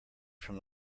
from